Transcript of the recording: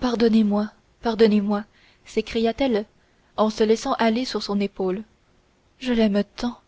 pardonnez-moi pardonnez-moi s'écria-t-elle en se laissant aller sur son épaule je l'aime tant